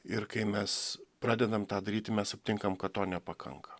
ir kai mes pradedam tą daryti mes aptinkam kad to nepakanka